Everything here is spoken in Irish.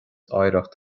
oidhreacht